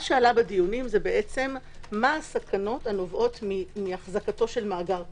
מה שעלה כאן בדיונים הם מה הסכנות הנובעות מתחזוקו של מאגר כזה,